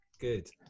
Good